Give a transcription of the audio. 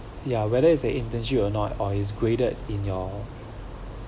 ya whether it's a internship or not uh it's graded in your